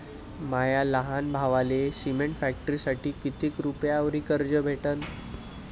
माया लहान भावाले सिमेंट फॅक्टरीसाठी कितीक रुपयावरी कर्ज भेटनं?